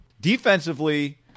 Defensively